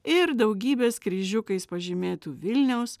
ir daugybės kryžiukais pažymėtų vilniaus